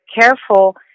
careful